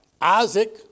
Isaac